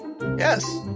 Yes